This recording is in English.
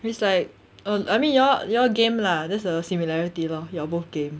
it's like oh I mean y'all y'all game lah that's the similarity lor y'all both game